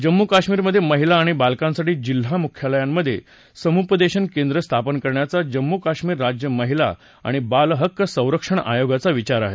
जम्मू कश्मीरमधे महिला आणि बालकांसाठी जिल्हा मुख्यालयांमधे समूपदेशन केंद्रं स्थापन करण्याचा जम्मू कश्मीर राज्य महिला आणि बालहक्क संरक्षण आयोगाचा विचार आहे